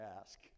ask